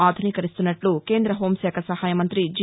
ఆధునీకరిస్తున్నట్లు కేంద హోంశాఖ సహాయ మంతి జి